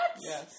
yes